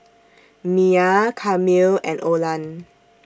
Myah Camille and Olan